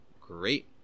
great